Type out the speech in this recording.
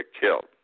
killed